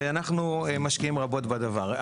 ואנחנו משקיעים רבות בדבר.